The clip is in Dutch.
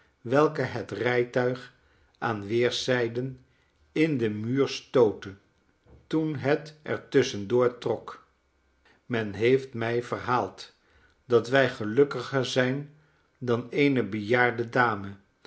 welke het rijtuig aan weerszijden in den muur stootte toen het er tusschen doortrok men heeft mi verhaald dat wij gelukkiger zijn dan eene bejaarde dame